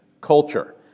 culture